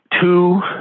two